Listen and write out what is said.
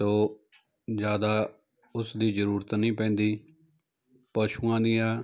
ਸੋ ਜ਼ਿਆਦਾ ਉਸਦੀ ਜ਼ਰੂਰਤ ਨਹੀਂ ਪੈਂਦੀ ਪਸ਼ੂਆਂ ਦੀਆਂ